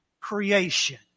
creation